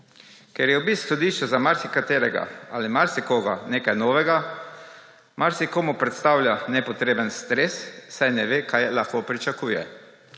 Ker je obisk sodišča za marsikaterega ali marsikoga nekaj novega, marsikomu predstavlja nepotreben stres, saj ne ve, kaj lahko pričakuje.